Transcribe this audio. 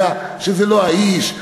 יודע שזה לא האיש.